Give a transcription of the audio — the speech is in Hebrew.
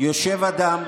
יושב אדם